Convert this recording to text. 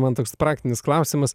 man toks praktinis klausimas